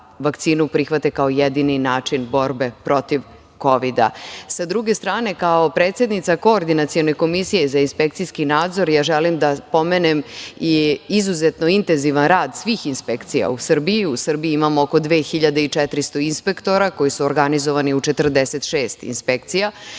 da vakcinu prihvate kao jedini način borbe protiv Kovida. Sa druge strane, kao predsednica koordinacione Komisije za inspekcijski nadzor ja želim da pomenem i izuzetno intenzivan rad svih inspekcija u Srbiji, u Srbiji imamo oko 2.400 inspektora koji su organizovani u 46 inspekcija.